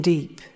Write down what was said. Deep